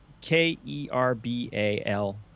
k-e-r-b-a-l